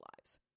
lives